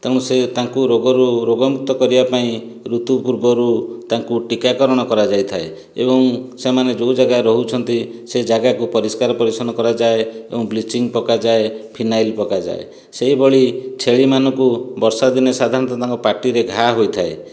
ତେଣୁ ସେ ତାଙ୍କୁ ରୋଗରୁ ରୋଗ ମୁକ୍ତ କରିବା ପାଇଁ ଋତୁ ପୂର୍ବରୁ ତାଙ୍କୁ ଟୀକା କାରଣ କରାଯାଇଥାଏ ଏବଂ ସେମାନେ ଯେଉଁ ଜାଗାରେ ରହୁଛନ୍ତି ସେ ଜାଗାକୁ ପରିସ୍କାର ପରିଚ୍ଛନ କରାଯାଏ ଏବଂ ବ୍ଲିଚିଙ୍ଗି ପକାଯାଏ ଫିନାଇଲ ପକାଯାଇ ସେହିଭଳି ଛେଳି ମାନଙ୍କୁ ବର୍ଷା ଦିନେ ସାଧାରଣତଃ ତାଙ୍କ ପାଟିରେ ଘା ହୋଇଥାଏ